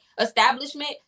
establishment